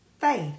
Faith